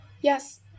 Yes